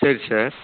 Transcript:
சரி சார்